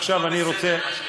זה לא בסדר, סגן השר.